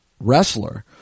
wrestler